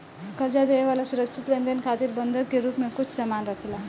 कर्जा देवे वाला सुरक्षित लेनदेन खातिर बंधक के रूप में कुछ सामान राखेला